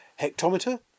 Hectometer